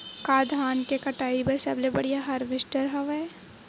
का धान के कटाई बर सबले बढ़िया हारवेस्टर हवय?